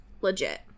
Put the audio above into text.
legit